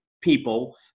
people